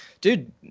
dude